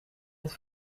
het